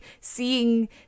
seeing